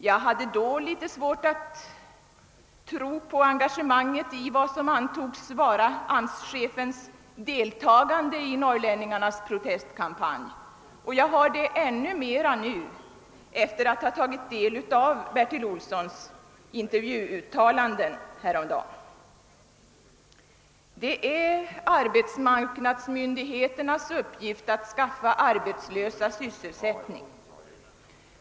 Jag hade då svårt att tro på engagemanget i vad som antogs vara AMS chefens deltagande i norrlänningarnas protestkampanj, och jag har det ännu mera nu efter att ha tagit del av Bertil Olssons intervjuuttalanden häromdagen. Det är arbetsmarknadsmyndigheternas uppgift att skaffa arbetslösa sysselsättning.